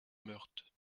meurthe